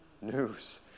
news